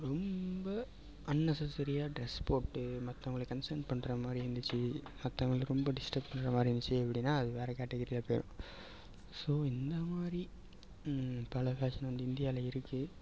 ரொம்ப அன்நெசசரியாக ட்ரெஸ் போட்டு மற்றவங்கள கன்சென்ட் பண்ணுற மாதிரி இருந்துச்சு மத்தவங்களை ரொம்ப ட்ஸ்ட்ரப் பண்ணுற மாதிரி இருந்துச்சு அப்படின்னா அது வேறு கேட்டகிரியில போயிரும் ஸோ இந்த மாதிரி பல ஃபேஷன் வந்து இந்தியாவில இருக்குது